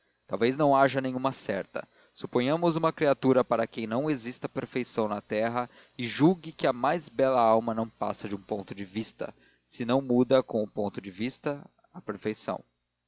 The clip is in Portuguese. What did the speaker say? talvez não haja nenhuma certa suponhamos uma criatura para quem não exista perfeição na terra e julgue que a mais bela alma não passa de um ponto de vista se tudo muda com o ponto de vista a perfeição